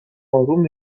اروم